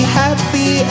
happy